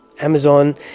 Amazon